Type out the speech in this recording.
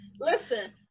Listen